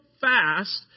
fast